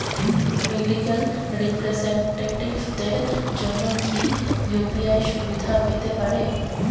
Medical রিপ্রেজন্টেটিভদের জন্য কি ইউ.পি.আই সুবিধা পেতে পারে?